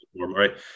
Right